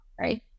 right